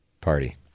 party